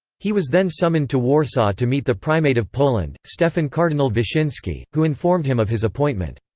he was then summoned to warsaw to meet the primate of poland, stefan cardinal wyszynski, who informed him of his appointment.